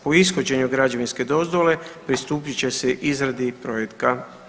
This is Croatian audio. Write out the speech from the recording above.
Po ishođenju građevinske dozvole pristupit će se izradi projekta.